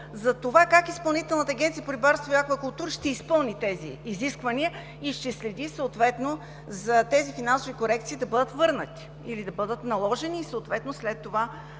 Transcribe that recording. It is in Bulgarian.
за това как Изпълнителната агенция по рибарство и аквакултури ще изпълни тези изисквания и ще следи съответно тези финансови корекции да бъдат върнати или наложени и съответно